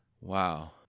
Wow